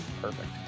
Perfect